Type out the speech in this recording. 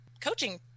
coaching